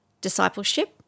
discipleship